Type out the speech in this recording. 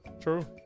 true